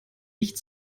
licht